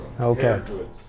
Okay